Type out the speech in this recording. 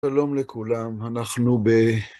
שלום לכולם, אנחנו ב...